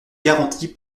garanties